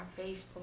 facebook